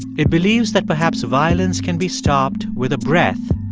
it believes that perhaps violence can be stopped with a breath,